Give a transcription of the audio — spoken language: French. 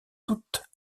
toutes